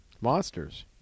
Monsters